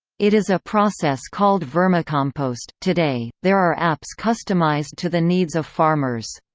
it is a process called vermicompost today, there are apps customized to the needs of farmers.